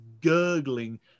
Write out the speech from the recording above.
gurgling